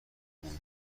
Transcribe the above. اون